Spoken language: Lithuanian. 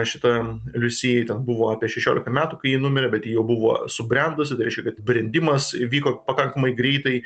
šita liusijai ten buvo apie šešiolika metų kai ji numirė bet ji jau buvo subrendusi tai reiškia kad brendimas įvyko pakankamai greitai